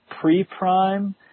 pre-prime